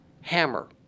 hammer